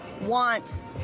wants